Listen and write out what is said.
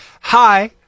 Hi